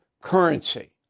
currency